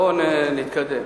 בואו נתקדם.